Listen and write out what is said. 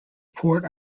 port